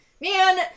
Man